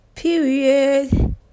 period